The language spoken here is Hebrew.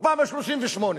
בפעם ה-38.